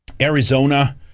Arizona